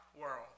world